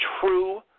true